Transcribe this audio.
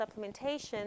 supplementation